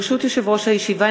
ברשות יושב-ראש הישיבה,